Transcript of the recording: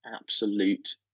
absolute